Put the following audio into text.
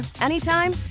anytime